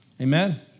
Amen